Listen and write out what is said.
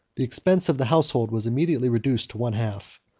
the expense of the household was immediately reduced to one half.